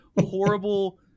horrible